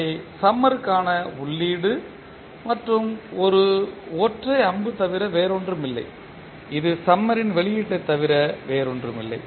அவை சம்மர்ருக்கான உள்ளீடு மற்றும் ஒரு ஒற்றை அம்பு தவிர வேறொன்றுமில்லை இது சம்மர்ரின் வெளியீட்டைத் தவிர வேறில்லை